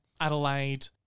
Adelaide